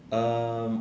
um